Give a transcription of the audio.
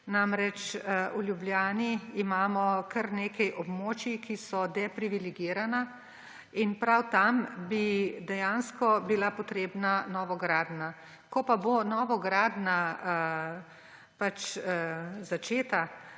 V Ljubljani imamo kar nekaj območij, ki so deprivilegirana in prav tam bi dejansko bila potrebna novogradnja. Ko bo novogradnja začeta,